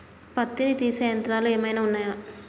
పత్తిని తీసే యంత్రాలు ఏమైనా ఉన్నయా?